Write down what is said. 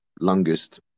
longest